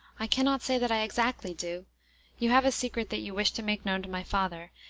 i can not say that i exactly do you have a secret that you wish to make known to my father,